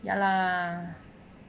ya lah